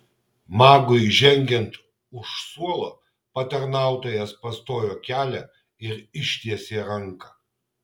magui žengiant už suolo patarnautojas pastojo kelią ir ištiesė ranką